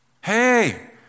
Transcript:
hey